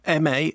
MA